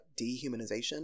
dehumanization